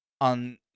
on